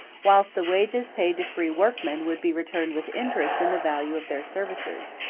whilst the wages paid to free workmen would be returned with interest in the value of their services.